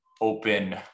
open